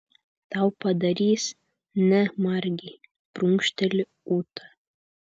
tau padarys ne margei prunkšteli ūta